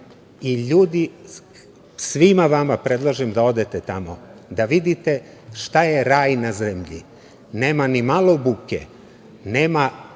i ljudi svima vama predlažem da odete tamo da vidite šta je raj na zemlji. Nema ni malo buke, nema